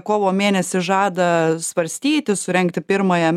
kovo mėnesį žada svarstyti surengti pirmąją